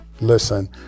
Listen